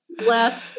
Left